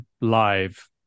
live